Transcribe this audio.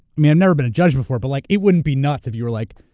mean i've never been a judge before but like it wouldn't be nuts if you were like,